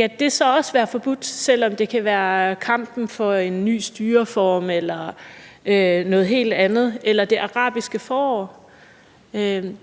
at tage til et sted, selv om det kan gælde kampen for en ny styreform eller noget helt andet, f.eks. det arabiske forår?